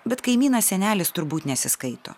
bet kaimynas senelis turbūt nesiskaito